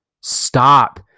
Stop